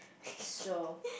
so